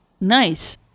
nice